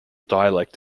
dialect